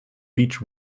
beech